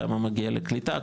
כמה מגיע לקליטה,